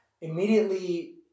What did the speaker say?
immediately